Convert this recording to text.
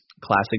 Classic